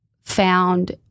found